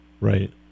Right